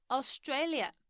Australia